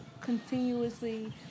continuously